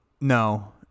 No